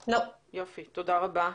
תודה רבה.